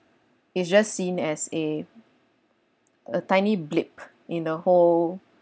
it's just seen as a a tiny blip in a whole